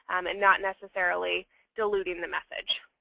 um and not necessarily diluting the message.